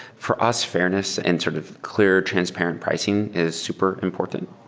for us, fairness and sort of clear transparent pricing is super important.